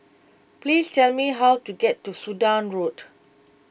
please tell me how to get to Sudan Road